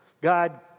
God